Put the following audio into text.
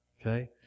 Okay